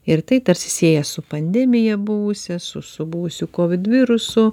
ir tai tarsi sieja su pandemija buvusia su su buvusiu covid virusu